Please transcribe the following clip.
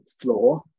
floor